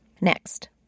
Next